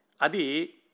Adi